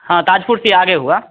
हाँ ताजपुर से यह आगे हुआ